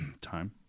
time